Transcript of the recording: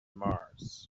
mars